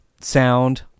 sound